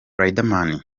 riderman